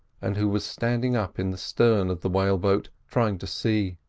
and who was standing up in the stern of the whale-boat trying to see.